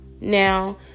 Now